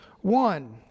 one